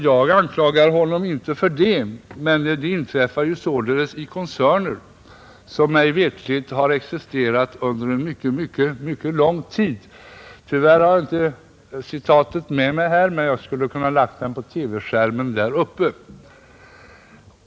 Jag anklagar honom inte för det, men sådant inträffar således i koncerner som mig veterligt har existerat under mycket lång tid. Tyvärr har jag inte tidningsklippet med mig, men jag skulle annars kunnat visa det på TV-skärmen där uppe.